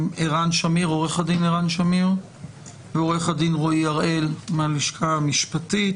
עורך הדין ערן שמיר ועורך הדין רועי הראל מהלשכה המשפטית.